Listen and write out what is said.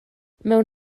mewn